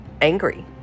angry